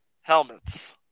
helmets